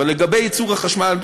אבל לגבי ייצור החשמל,